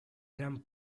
gran